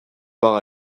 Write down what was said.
par